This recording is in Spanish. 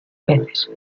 peces